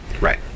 Right